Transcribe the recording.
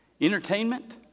entertainment